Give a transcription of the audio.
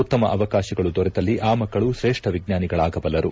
ಉತ್ತಮ ಅವಕಾಶಗಳು ದೊರೆತಲ್ಲಿ ಆ ಮಕ್ಕಳು ತ್ರೇಷ್ನ ವಿಜ್ಞಾನಿಗಳಾಗಬಲ್ಲರು